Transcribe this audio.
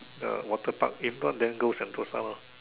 the water Park if not then go Sentosa lah